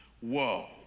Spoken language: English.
Whoa